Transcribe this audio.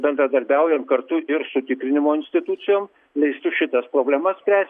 bendradarbiaujam kartu ir su tikrinimo institucijom leistų šitas problemas spręsti